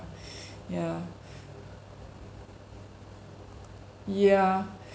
yeah yeah